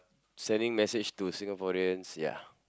sending message to Singaporeans ya